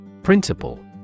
Principle